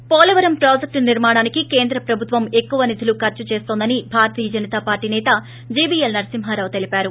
break Polavaram ప్రాజెక్లు నిర్మాణానికి కేంద్ర ప్రభుత్వం ఎక్కువ నిధులు ఖర్పు చేస్తోందని భారతీయ జనతాపార్లీ సేత జీవీఎల్ నరసింహరావు తెలిపారు